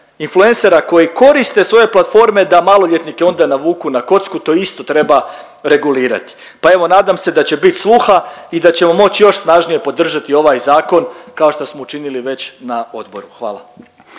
influensera koji koriste svoje platforme da maloljetnike onda navuku na kocku to isto treba regulirati. Pa evo nadam se da će bit sluha i da ćemo moći još snažnije podržati ovaj zakon kao što smo učinili već na odboru. Hvala.